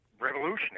revolutionary